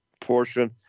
portion